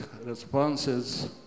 responses